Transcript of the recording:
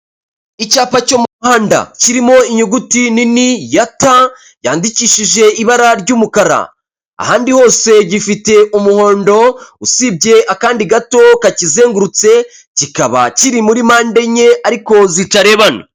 Icyapa cyo mu muhanda kirimo inyuguti nini ta yandikishije ibara ry'umukara, ahandi hose gifite umuhondo usibye akandi gato kakizengurutse, kikaba kiri muri mande enye ariko zitarebana.